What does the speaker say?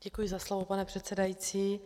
Děkuji za slovo, pane předsedající.